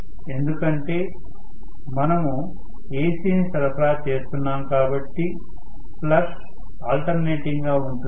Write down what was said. ఎందుకంటే మనము AC ని సరఫరా చేస్తున్నాం కాబట్టి ఫ్లక్స్ ఆల్టర్నేటింగ్ గా ఉంటుంది